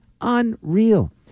unreal